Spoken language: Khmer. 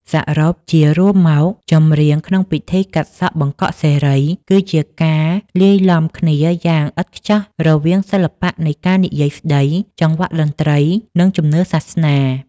សរុបជារួមមក ចម្រៀងក្នុងពិធីកាត់សក់បង្កក់សិរី គឺជាការលាយឡំគ្នាយ៉ាងឥតខ្ចោះរវាងសិល្បៈនៃការនិយាយស្តី ចង្វាក់តន្ត្រី និងជំនឿសាសនា។